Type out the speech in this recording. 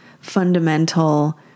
fundamental